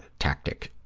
tactic.